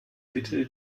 bitte